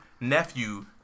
nephew